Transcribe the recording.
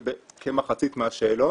כמחצית מהשאלון,